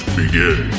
begin